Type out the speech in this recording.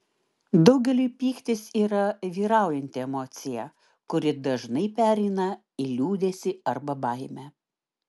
daugeliui pyktis yra vyraujanti emocija kuri dažnai pereina į liūdesį arba baimę